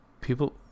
people